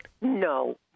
No